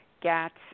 GATS